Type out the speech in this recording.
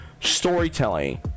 storytelling